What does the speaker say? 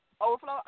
overflow